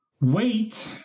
Wait